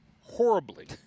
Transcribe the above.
horribly